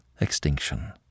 extinction